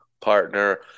partner